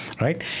right